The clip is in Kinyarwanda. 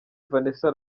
vanessa